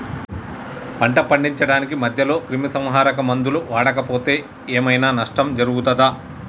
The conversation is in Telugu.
పంట పండించడానికి మధ్యలో క్రిమిసంహరక మందులు వాడకపోతే ఏం ఐనా నష్టం జరుగుతదా?